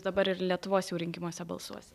dabar ir lietuvos seimo rinkimuose balsuosit